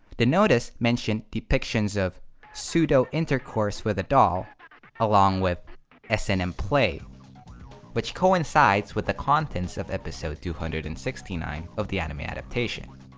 the notice mentioned depictions of pseudo-intercourse with a doll along with s and m play which coincides with the contents of episode two hundred and sixty nine of the anime adaptation.